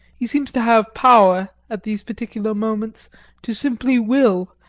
he seems to have power at these particular moments to simply will,